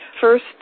first